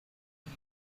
can